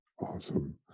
Awesome